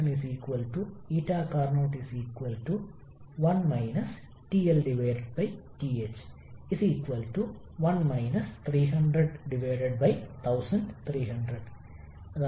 ഇപ്പോൾ കംപ്രഷൻ പ്രോസസ്സിനായി നിങ്ങളുടെ output ട്ട്പുട്ട് വർക്ക് തുല്യമാണ് Wc കാരണം എന്ത് ഇൻപുട്ട് ആവശ്യമാണ്